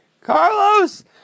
Carlos